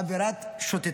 עבירת שוטטות,